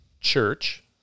church